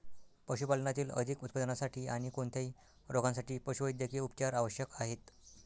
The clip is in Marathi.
पशुपालनातील अधिक उत्पादनासाठी आणी कोणत्याही रोगांसाठी पशुवैद्यकीय उपचार आवश्यक आहेत